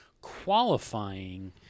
qualifying